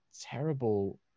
terrible